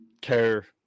care